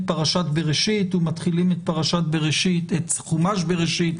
פרשת בראשית ומתחילים את חומש בראשית